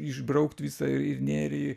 išbraukt visą ir nėrį